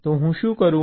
તો હું શું કરું